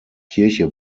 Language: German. kirche